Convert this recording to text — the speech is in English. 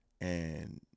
and-